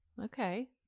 okay